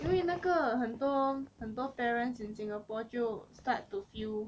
因为那个很多很多 parents in singapore 就 start to feel